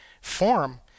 form